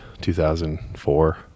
2004